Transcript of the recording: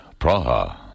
Praha